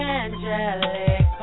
angelic